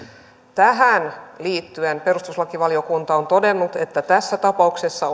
tähän liittyen perustuslakivaliokunta on todennut että tässä tapauksessa